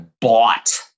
bought